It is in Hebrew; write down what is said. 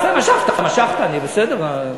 בסדר, משכת, משכת, בסדר.